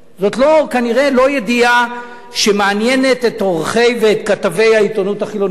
כנראה זאת לא ידיעה שמעניינת את עורכי העיתונות החילונית ואת כתביה.